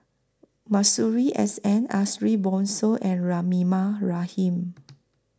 Masuri S N Ariff Bongso and Rahimah Rahim